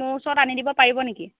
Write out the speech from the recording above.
মোৰ ওচৰত আনি দিব পাৰিব নেকি